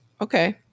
Okay